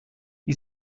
die